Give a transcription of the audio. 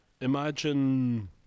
Imagine